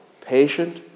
patient